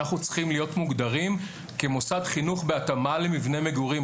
אנחנו צריכים להיות מוגדרים כמוסד חינוך בהתאמה למבנה מגורים.